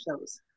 shows